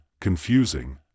confusing